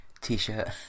t-shirt